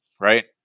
right